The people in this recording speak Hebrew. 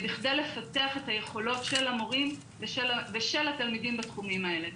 בכדי לפתח את היכולות של המורים ושל התלמידים בתחומים האלה.